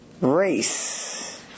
race